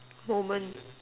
moment